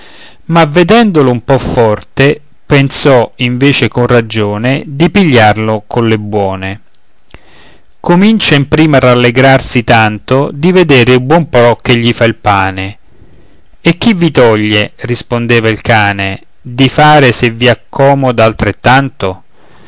ma vedendolo un po forte pensò invece con ragione di pigliarlo colle buone comincia in prima a rallegrarsi tanto di vedere il buon pro che gli fa il pane e chi vi toglie rispondeva il cane di fare se vi accomoda altrettanto